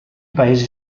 paesi